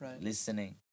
Listening